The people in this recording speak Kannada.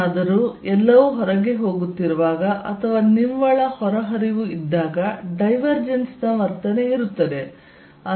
ಏನಾದರೂ ಎಲ್ಲವೂ ಹೊರಗೆ ಹೋಗುತ್ತಿರುವಾಗ ಅಥವಾ ನಿವ್ವಳ ಹೊರಹರಿವು ಇದ್ದಾಗ ಡೈವರ್ಜೆನ್ಸ್ ನ ವರ್ತನೆ ಇರುತ್ತದೆ